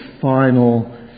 final